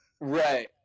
Right